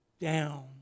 down